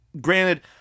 Granted